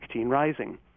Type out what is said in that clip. rising